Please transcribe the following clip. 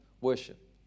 worship